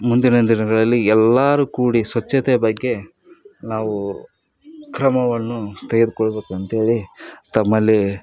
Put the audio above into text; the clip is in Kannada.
ಮುಂದಿನ ದಿನಗಳಲ್ಲಿ ಎಲ್ಲರೂ ಕೂಡಿ ಸ್ವಚ್ಛತೆಯ ಬಗ್ಗೆ ನಾವು ಕ್ರಮವನ್ನು ತೆಗೆದುಕೊಳ್ಬೇಕು ಅಂತೇಳಿ ತಮ್ಮಲ್ಲಿ